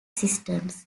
systems